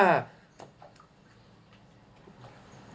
ya